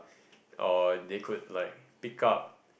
or they could like pick up